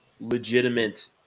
legitimate